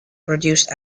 produced